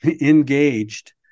engaged